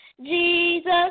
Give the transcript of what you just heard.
Jesus